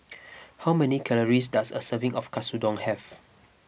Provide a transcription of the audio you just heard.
how many calories does a serving of Katsudon have